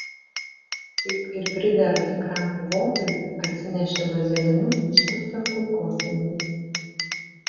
kaip ir pridera tikram kovotojui atsinešė vazelinu išteptą kulkosvaidį